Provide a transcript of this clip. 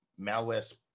malware